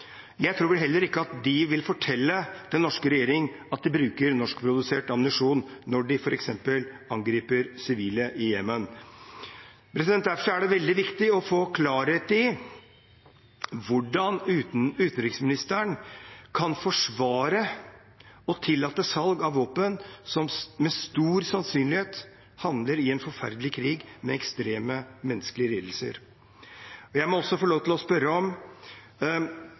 Jeg tror vel heller ikke at de vil fortelle den norske regjering at de bruker norskprodusert ammunisjon når de f.eks. angriper sivile i Jemen. Derfor er det veldig viktig å få klarhet i hvordan utenriksministeren kan forsvare og tillate salg av våpen som med stor sannsynlighet havner i en forferdelig krig med ekstreme menneskelige lidelser. Jeg må også få lov til å spørre om